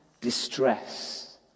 distress